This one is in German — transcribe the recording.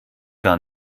gar